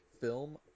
film